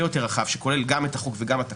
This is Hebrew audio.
יותר רחב שכולל גם את החוק וגם את התקנות.